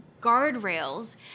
guardrails